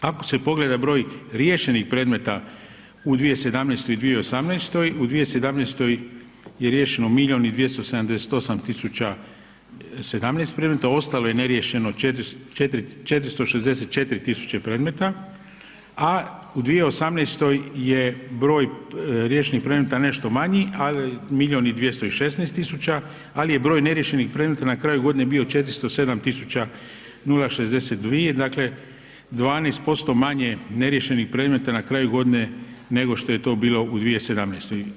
Ako se pogleda broj riješenih predmeta u 2017. i 2018. u 2017. je riješeno milion i 278 tisuća 17 predmeta, ostalo je neriješeno 464 tisuće predmeta, a u 2018. je broj riješenih predmeta nešto manji milion i 216 tisuća, ali je broj neriješenih predmeta na kraju godine bio 407 tisuća 062, dakle 12% manje neriješenih predmeta na kraju godine nego što je to bilo u 2017.